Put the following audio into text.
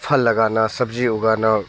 फल लगाना सब्ज़ी उगाना